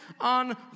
on